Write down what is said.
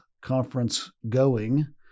conference-going